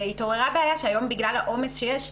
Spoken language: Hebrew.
התעוררה בעיה שהיום בגלל העומס שיש,